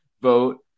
vote